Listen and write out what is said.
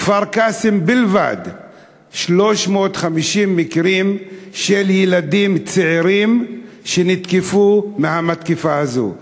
בכפר-קאסם בלבד 350 מקרים של ילדים צעירים שנתקפו במתקפה הזאת.